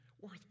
worth